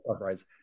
rides